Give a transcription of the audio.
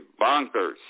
bonkers